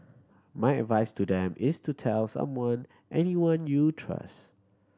my advice to them is to tell someone anyone you trust